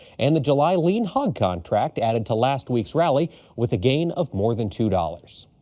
and the july lean hog contract added to last week's rally with a gain of more than two dollars.